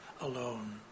alone